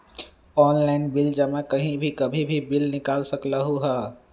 Online bill जमा कहीं भी कभी भी बिल निकाल सकलहु ह?